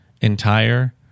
entire